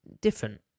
different